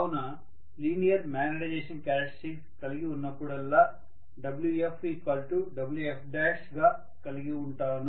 కావున linear magnetization characteristics కలిగి ఉన్నప్పుడల్లా WfWfగా కలిగివుంటాను